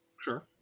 Sure